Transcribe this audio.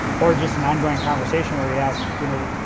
or just an ongoing conversation where he asks, you know,